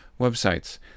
websites